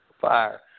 fire